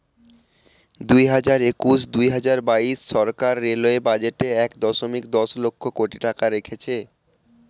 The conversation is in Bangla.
দুই হাজার একুশ দুই হাজার বাইশ সরকার রেলওয়ে বাজেটে এক দশমিক দশ লক্ষ কোটি টাকা রেখেছে